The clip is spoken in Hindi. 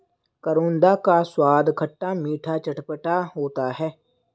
करौंदा का स्वाद खट्टा मीठा चटपटा होता है